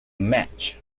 match